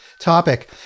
topic